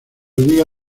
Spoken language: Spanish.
liga